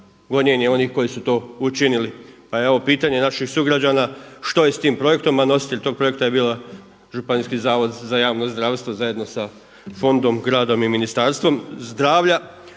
gonjenje onih koji su to učinili. Pa evo pitanja naših sugrađana što je s tim projektom, a nositelj tog projekta je bio Županijski zavod za javno zdravstvo zajedno sa fondom, gradom i Ministarstvom zdravlja.